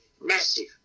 massive